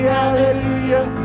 hallelujah